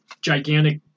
gigantic